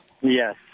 Yes